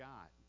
God